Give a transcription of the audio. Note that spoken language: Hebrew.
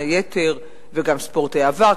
וגם ספורט העבר,